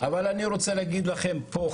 רוצה להגיד לכם פה,